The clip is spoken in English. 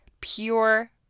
Pure